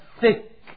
thick